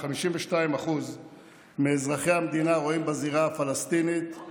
52% מאזרחי המדינה רואים בזירה הפלסטינית את